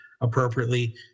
appropriately